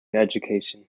education